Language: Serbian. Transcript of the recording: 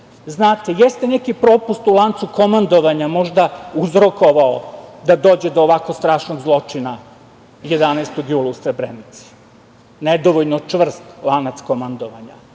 Znate, jeste neki propust u lancu komandovanja možda uzrokovao da dođe do ovako strašnog zločina 11. jula u Srebrenici. Nedovoljno čvrst lanac komandovanja.